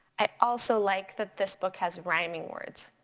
i also like that this book has rhyming words.